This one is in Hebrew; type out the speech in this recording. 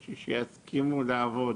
בשביל שיסכימו לעבוד